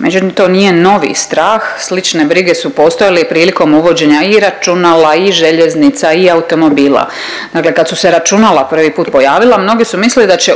Međutim, to nije novi strah slične brige su postojale i prilikom uvođenja i računala i željeznica i automobila. Dakle, kad su se računala prvi put pojavila mnogi su mislili da će uništiti